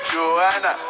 Joanna